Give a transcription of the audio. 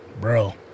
Bro